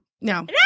no